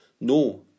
No